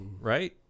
right